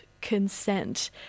consent